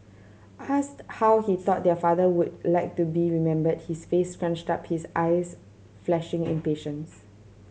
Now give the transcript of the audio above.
asked how he thought their father would like to be remembered his face scrunched up his eyes flashing impatience